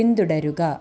പിന്തുടരുക